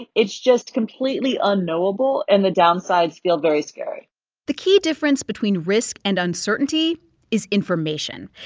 and it's just completely unknowable, and the downsides feel very scary the key difference between risk and uncertainty is information.